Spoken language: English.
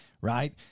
right